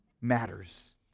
matters